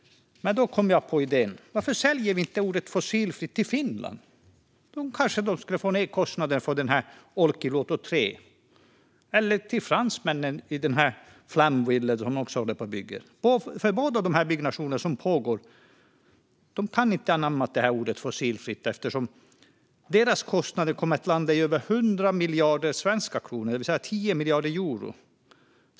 Men då kom jag på en idé. Varför säljer vi inte ordet "fossilfritt" till Finland? Då skulle de kanske få ned kostnaden för Olkiluoto 3. Vi kan sälja det till fransmännen för deras Flamanville 3, som de bygger. När det gäller båda dessa byggnationer som pågår kan man inte ha anammat ordet "fossilfritt" eftersom deras kostnader kommer att landa på över 100 miljarder svenska kronor, det vill säga 10 miljarder euro.